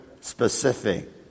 specific